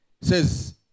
says